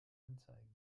anzeigen